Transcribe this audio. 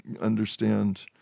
understand